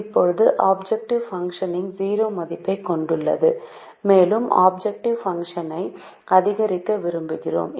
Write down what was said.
இப்போது ஆப்ஜெக்ட்டிவ் பாங்ஷுன்புறநிலை செயல்பாடு ௦ மதிப்பை கொண்டுள்ளது மேலும் ஆப்ஜெக்ட்டிவ் பாங்ஷ்ன்னை புறநிலை செயல்பாடு அதிகரிக்க விரும்புகிறோம்